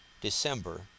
December